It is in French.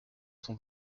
sont